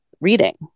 reading